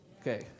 Okay